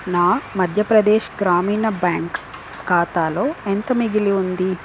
నా మధ్యప్రదేశ్ గ్రామీణ బ్యాంక్ ఖాతాలో ఎంత మిగిలి ఉంది